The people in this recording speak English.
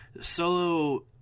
solo